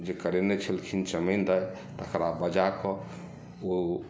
जे करेने छलखिन चमैन दाइ तकरा बजा कऽ ओ